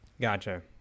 gotcha